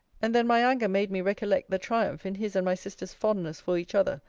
and then my anger made me recollect the triumph in his and my sister's fondness for each other,